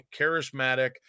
charismatic